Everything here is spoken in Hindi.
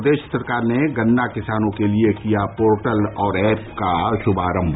प्रदेश सरकार ने गन्ना किसानों के लिये किया पोर्टल और एप का शुभारम्भ